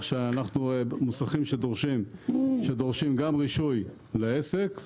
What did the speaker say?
שאנחנו מוסכים שדורשים גם רישוי לעסק,